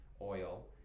oil